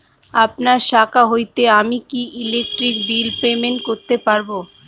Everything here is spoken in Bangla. আপনার শাখা হইতে আমি কি ইলেকট্রিক বিল পেমেন্ট করতে পারব?